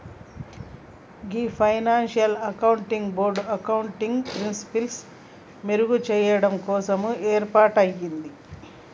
గీ financial accounting board accounting ప్రిన్సిపిల్సి మెరుగు చెయ్యడం కోసం ఏర్పాటయింది